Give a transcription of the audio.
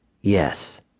Yes